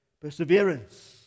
Perseverance